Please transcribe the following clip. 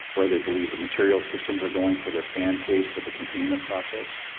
where they believe the material systems are going for their fan case for the containment process.